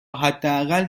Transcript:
حداقل